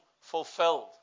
fulfilled